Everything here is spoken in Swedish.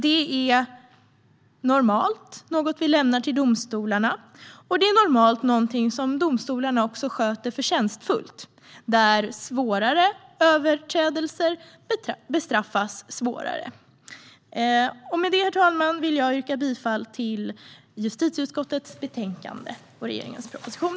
Det är normalt något som vi lämnar till domstolarna, och det är normalt något som domstolarna också sköter förtjänstfullt och där svårare överträdelser bestraffas hårdare. Med detta, herr talman, yrkar jag bifall till justitieutskottets förslag med anledning av regeringens proposition.